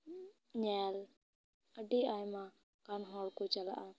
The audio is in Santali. ᱧᱮᱞ ᱟᱹᱰᱤ ᱟᱭᱢᱟᱜᱟᱱ ᱦᱚᱲ ᱠᱚ ᱪᱟᱞᱟᱜᱼᱟ